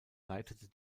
leitete